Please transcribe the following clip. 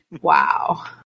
Wow